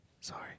sorry